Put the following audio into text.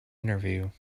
interview